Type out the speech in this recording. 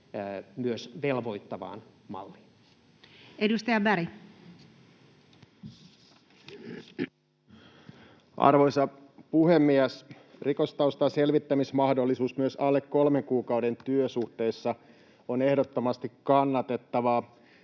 myös velvoittavaan malliin. Edustaja Berg. Arvoisa puhemies! Rikostaustan selvittämismahdollisuus myös alle kolmen kuukauden työsuhteessa on ehdottomasti kannatettavaa.